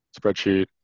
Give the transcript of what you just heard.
spreadsheet